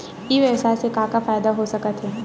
ई व्यवसाय से का का फ़ायदा हो सकत हे?